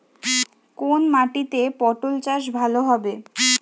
কোন মাটিতে পটল চাষ ভালো হবে?